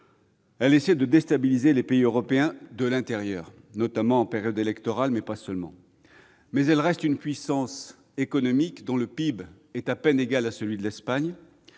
Elle essaie de déstabiliser les pays européens de l'intérieur, notamment en périodes électorales, mais pas seulement. Cependant, elle reste une puissance économique dont le PIB est à peine égal à celui de l'Espagne